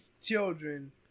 children